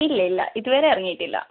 ഇല്ല ഇല്ല ഇതുവരെ ഇറങ്ങിയിട്ടില്ല